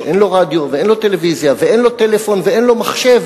שאין לו רדיו ואין לו טלוויזיה ואין לו טלפון ואין לו מחשב,